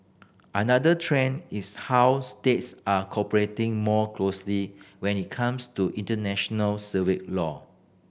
another trend is how states are cooperating more closely when it comes to international civil law